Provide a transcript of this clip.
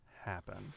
happen